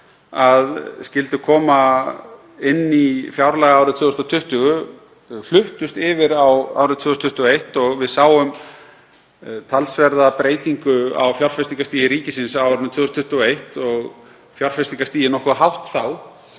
að skyldu koma inn í fjárlagaárið 2020 fluttust yfir á árið 2021. Við sáum talsverða breytingu á fjárfestingarstigi ríkisins á árinu 2021. Fjárfestingarstigið var nokkuð hátt,